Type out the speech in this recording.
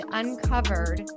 uncovered